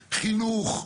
חינוך,